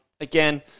again